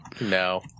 no